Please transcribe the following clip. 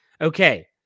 okay